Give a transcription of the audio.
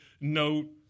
note